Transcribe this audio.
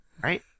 Right